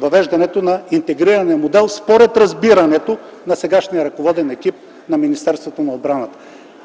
въвеждането на интегрирания модел според разбирането на сегашния ръководен екип на Министерството на отбраната.